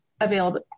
available